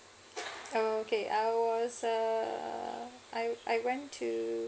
okay I was uh I I went to